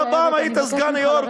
אתה פעם היית סגן יו"ר,